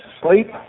sleep